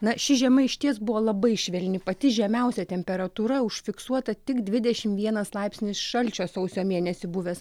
na ši žiema išties buvo labai švelni pati žemiausia temperatūra užfiksuota tik dvidešimt vienas laipsnis šalčio sausio mėnesį buvęs